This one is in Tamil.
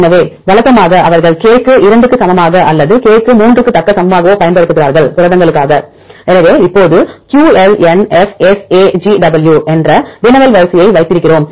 எனவே வழக்கமாக அவர்கள் K க்கு 2 க்கு சமமாகவோ அல்லது K க்கு 3 க்கு சமமாகவோ புரதங்களுக்காக பயன்படுத்துகிறார்கள் எனவே இப்போது QLNFSAGW என்ற வினவல் வரிசையை வைத்திருக்கிறோம்